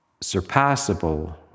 Surpassable